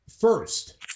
First